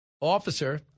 officer